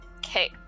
Okay